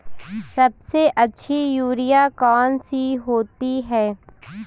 सबसे अच्छी यूरिया कौन सी होती है?